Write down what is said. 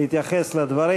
להתייחס לדברים.